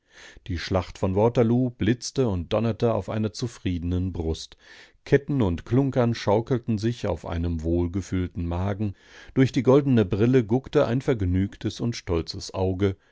die schlacht von waterloo blitzte und donnerte auf einer zufriedenen brust ketten und klunkern schaukelten sich auf einem wohlgefüllten magen durch die goldene brille guckte ein vergnügtes und stolzes auge